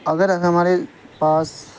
اگر ہمارے پاس